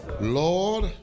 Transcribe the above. Lord